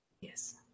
Yes